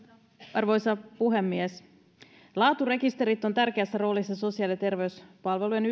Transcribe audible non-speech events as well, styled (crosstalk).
arvoisa puhemies laaturekisterit ovat tärkeässä roolissa yhdenvertaisten sosiaali ja terveyspalvelujen (unintelligible)